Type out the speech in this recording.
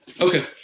okay